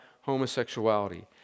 homosexuality